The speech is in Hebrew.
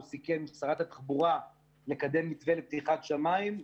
סיכם עם שרת התחבורה לקדם מתווה לפתיחת שמיים.